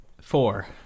four